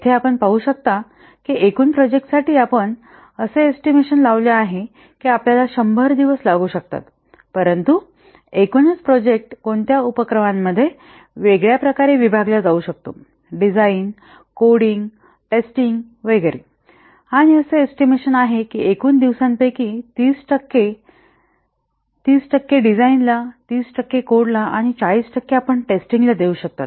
येथे आपण पाहू शकता की एकूणच प्रोजेक्टसाठी आपण असा एस्टिमेशन लावला आहे की आपल्याला 100 दिवस लागू शकतात परंतु एकूणच प्रोजेक्ट कोणत्या उप उपक्रमांपेक्षा वेगळ्या प्रकारे विभागला जाऊ शकतो डिझाइन कोडिंग टेस्टिंग वगैरे आणि असा एस्टिमेशन आहे की एकूण दिवसांपैकी 30 टक्के 30 टक्के डिझाइनला 30 टक्के कोडला आणि 40 टक्के आपण टेस्टिंगला देऊ शकता